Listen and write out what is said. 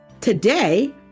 Today